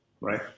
Right